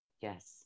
yes